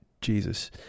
Jesus